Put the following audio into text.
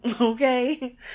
okay